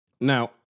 Now